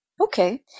Okay